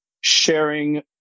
sharing